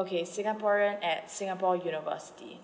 okay singaporean at singapore university